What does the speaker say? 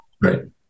Right